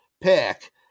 pick